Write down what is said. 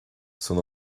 san